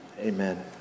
Amen